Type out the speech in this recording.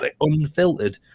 unfiltered